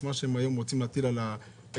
מה שהם היום רוצים להטיל על החברות,